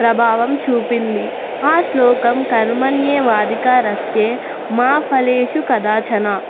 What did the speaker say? ప్రభావం చూపింది ఆ శ్లోకం కర్మణ్యేవాధికారస్తే మా ఫలేషు కదాచన